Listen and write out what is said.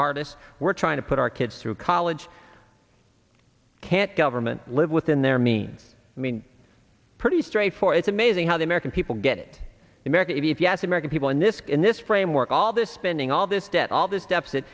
hardest we're trying to put our kids through college can't government live within their means i mean pretty straightforward it's amazing how the american people get america if you as american people in this skin this framework all this spending all this debt all this deficit